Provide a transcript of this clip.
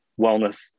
wellness